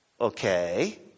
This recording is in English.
Okay